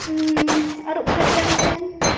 ᱟᱹᱨᱩᱵ ᱯᱷᱟᱨᱪᱟ ᱠᱟᱛᱮᱱ